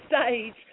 stage